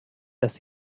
dass